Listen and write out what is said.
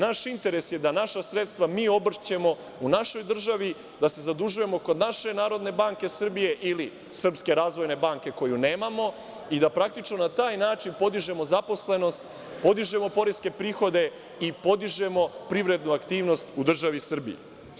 Naš interes je da naša sredstva mi obrćemo u našoj državi, da se zadužujemo kod naše Narodne banke Srbije ili srpske razvojne banke, koju nemamo, i da praktično na taj način podižemo zaposlenost, podižemo poreske prihode i podižemo privrednu aktivnost u državi Srbiji.